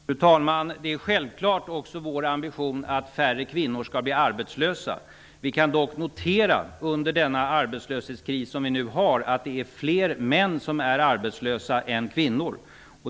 Fru talman! Det är självfallet vår ambition att färre kvinnor skall bli arbetslösa. Vi kan dock notera att det är fler män än kvinnor som är arbetslösa under den arbetslöshetskris som vi nu har.